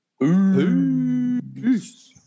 Peace